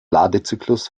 ladezyklus